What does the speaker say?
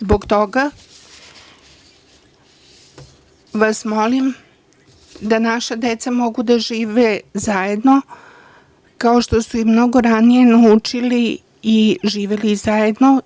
Zbog toga vas molim da naša deca mogu da žive zajedno, kao što su i mnogo ranije naučila i živela zajedno.